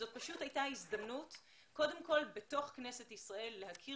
זאת פשוט הייתה הזדמנות קודם כל בתוך כנסת ישראל להכיר